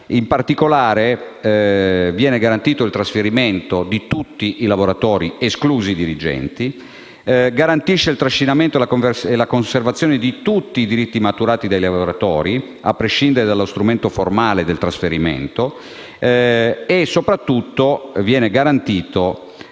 In particolare, viene garantito il trasferimento di tutti i lavoratori, esclusi i dirigenti; vengono garantiti il trascinamento e la conservazione di tutti i diritti maturati dai lavoratori, a prescindere dallo strumento formale del trasferimento; soprattutto, viene garantita